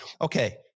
okay